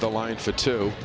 the line for two